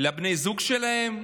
לבני הזוג שלהם,